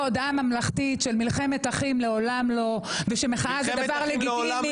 הודעה ממלכתית שמלחמת אחים לעולם לא ושמחאה זה לגיטימי.